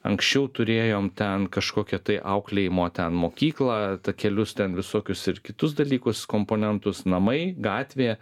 anksčiau turėjom ten kažkokią tai auklėjimo ten mokyklą takelius ten visokius ir kitus dalykus komponentus namai gatvė